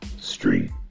street